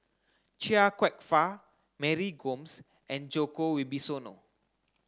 Chia Kwek Fah Mary Gomes and Djoko Wibisono